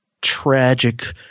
tragic